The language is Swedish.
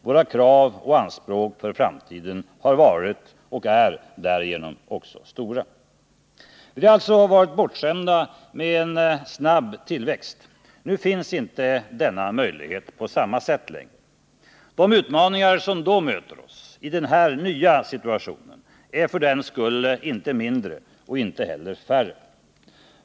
Våra krav och anspråk för framtiden har varit och är därigenom också stora. Vi har alltså varit bortskämda med en snabb tillväxt. Nu finns inte denna möjlighet på samma sätt längre. De utmaningar som då möter oss — i den här nya situationen — är inte för den skull mindre och inte heller färre.